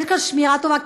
אין כאן שמירה טובה,